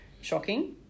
shocking